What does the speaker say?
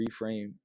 reframe